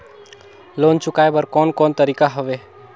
Loan चुकाए बर कोन कोन तरीका हवे?